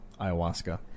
Ayahuasca